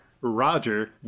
Roger